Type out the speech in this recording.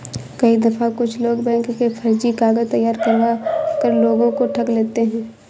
कई दफा कुछ लोग बैंक के फर्जी कागज तैयार करवा कर लोगों को ठग लेते हैं